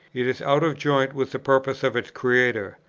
it is out of joint with the purposes of its creator.